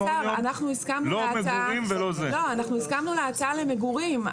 סגן השר, אנחנו הסכמנו להצעה למגורים.